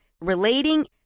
relating